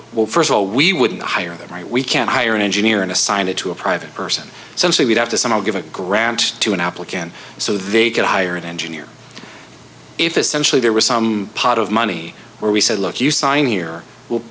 well first of all we wouldn't hire them right we can't hire an engineer and assign it to a private person since they would have to somehow give a grant to an applicant so they could hire an engineer if essentially there was some pot of money where we said look you sign here will